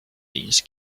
these